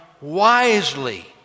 wisely